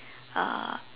uh